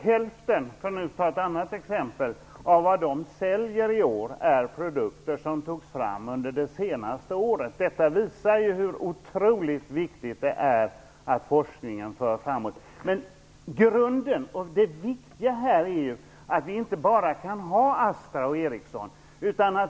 Hälften av vad man säljer i år är produkter som togs fram under det senaste året. Detta visar hur otroligt viktigt det är att forskningen förs framåt. Det är viktigt att Astra och Ericsson inte är de enda.